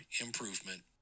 improvement